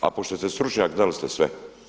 A pošto ste stručnjak znali ste sve.